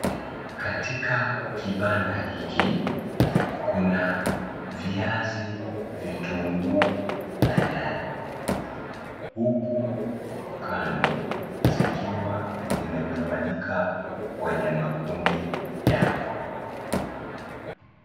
Katika kibanda hiki kuna viazi, vitunguu na nyanya, huku kando zikiwa zimegawanyika kwenye makundi yao.